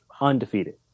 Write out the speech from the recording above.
undefeated